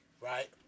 right